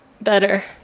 better